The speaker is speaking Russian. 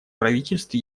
правительств